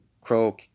Crow